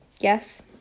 Yes